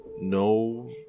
no